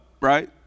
right